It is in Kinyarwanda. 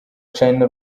china